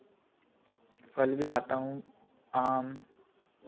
फल भी लाता हूँ आम